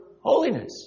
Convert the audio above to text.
holiness